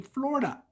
Florida